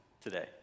today